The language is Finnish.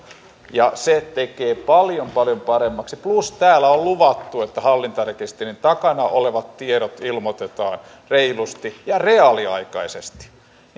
ja se tekee sen paljon paljon paremmaksi plus täällä on luvattu että hallintarekisterin takana olevat tiedot ilmoitetaan reilusti ja reaaliaikaisesti